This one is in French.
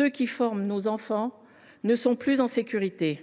eux qui forment nos enfants, ne sont plus en sécurité.